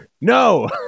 No